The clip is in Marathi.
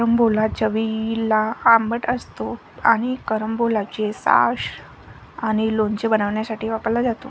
कारंबोला चवीला आंबट असतो आणि कॅरंबोलाचे सॉस आणि लोणचे बनवण्यासाठी वापरला जातो